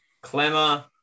Clemmer